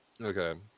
Okay